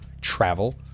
travel